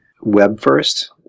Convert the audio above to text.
web-first